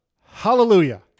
Hallelujah